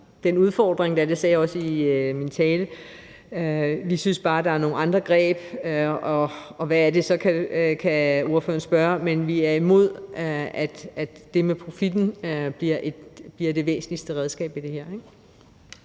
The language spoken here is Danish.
den udfordring; det sagde jeg også i min tale. Vi synes bare, at der er nogle andre greb, og så kan ordføreren spørge, men vi er imod, at det med profitten bliver det væsentligste redskab i det her.